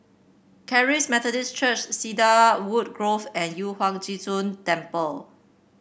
Charis Methodist Church Cedarwood Grove and Yu Huang Zhi Zun Temple